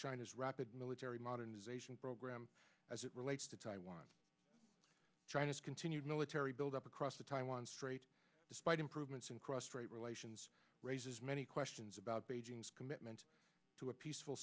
china's rapid military modernization program as it relates to taiwan china's continued military buildup across the taiwan strait despite improvements in cross trade relations raises many questions about beijing's commitment to a peaceful